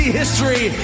history